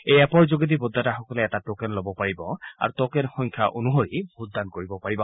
এই এপৰ যোগেদি ভোটদাতাসকলে এটা ট'কেন ল'ব পাৰিব আৰু ট'কেন সংখ্যা অনুসৰি ভোটদান কৰিব পাৰিব